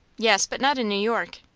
yes, but not in new york.